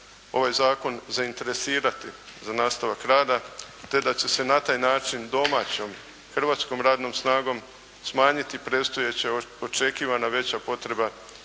ovaj zakon zainteresirati za nastavak rada te da će se na taj način domaćom hrvatskom radnom snagom smanjiti predstojeće očekivana veća potreba